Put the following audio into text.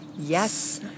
Yes